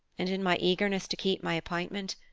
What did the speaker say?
and, in my eagerness to keep my appointment,